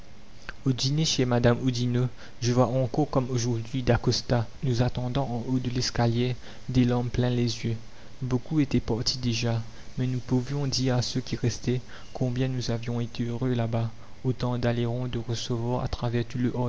au dîner chez madame oudinot je vois encore comme aujourd'hui dacosta nous attendant en haut de l'escalier des larmes plein les yeux beaucoup étaient partis déjà mais nous pouvions dire à ceux qui restaient combien nous avions été heureux là-bas au temps d'aleiron de recevoir à travers tout le